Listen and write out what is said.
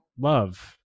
Love